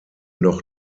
noch